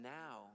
now